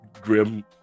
Grim